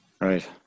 Right